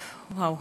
וואו,